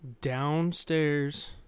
downstairs